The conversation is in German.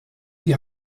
die